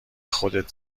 خودت